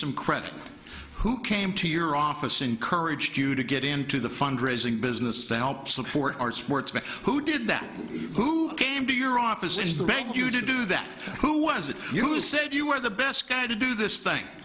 credit who came to your office encouraged you to get into the fundraising business to help support our sports but who did that who came to your office in the bank you to do that who was it you who said you were the best guy to do this thing